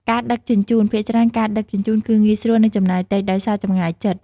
ការដឹកជញ្ជូន ភាគច្រើនការដឹកជញ្ជូនគឺងាយស្រួល និងចំណាយតិច ដោយសារចម្ងាយជិត។